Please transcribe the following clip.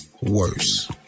worse